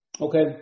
Okay